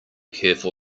careful